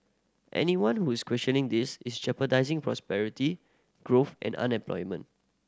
anyone who is questioning this is jeopardising prosperity growth and unemployment